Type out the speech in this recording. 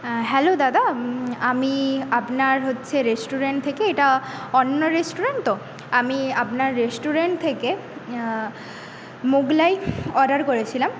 hello দাদা আমি আপনার হচ্ছে রেস্টুরেন্ট থেকে এটা অন্ন রেস্টুরেন্ট তো আমি আপনার রেস্টুরেন্ট থেকে মোগলাই অর্ডার করেছিলাম